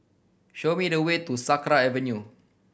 show me the way to Sakra Avenue